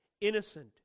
innocent